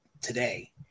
today